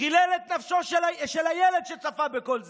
חילל את נפשו של הילד שצפה בכל זה,